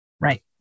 Right